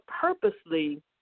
purposely